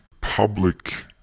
public